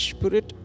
Spirit